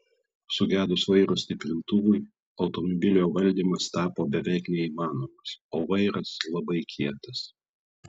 sugedus vairo stiprintuvui automobilio valdymas tapo beveik neįmanomas o vairas labai kietas